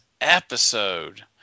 episode